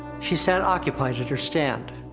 she sat, occupied at her stand.